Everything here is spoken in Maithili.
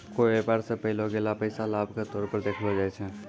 कोय व्यापार स पैलो गेलो पैसा लाभ के तौर पर देखलो जाय छै